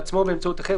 בעצמו או באמצעות אחר,